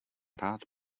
rád